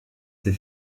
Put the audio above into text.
ses